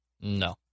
No